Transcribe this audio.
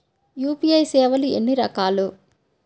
UPI సేవలు ఎన్నిరకాలు?